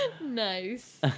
Nice